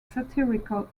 satirical